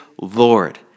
Lord